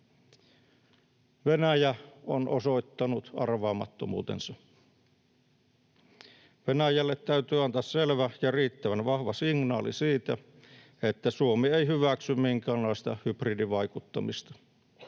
Venäjä on osoittanut arvaamattomuutensa. Venäjälle täytyy antaa selvä ja riittävän vahva signaali siitä, että Suomi ei hyväksy minkäänlaista hybridivaikuttamista,